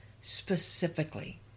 specifically